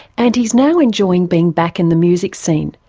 and he's now enjoying being back in the music scene,